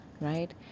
right